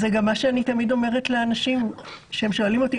זה גם מה שאני תמיד אומרת לאנשים כשהם שואלים אותי: